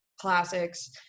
classics